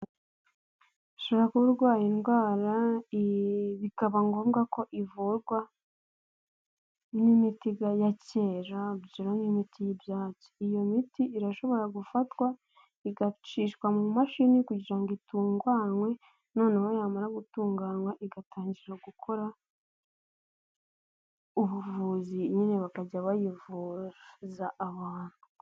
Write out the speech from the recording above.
Ushobora kuba urwaye indwara bikaba ngombwa ko ivurwa n'imiti ya kera n'imiti y'ibyatsi. Iyo miti irashobora gufatwa igacishwa mu mashini kugira ngo itunganywe noneho yamara gutunganywa igatangira gukora ubuvuzi nyine bakajya bayivuza abantu.